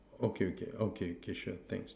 okay okay okay okay sure thanks